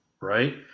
right